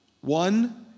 One